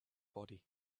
body